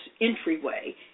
entryway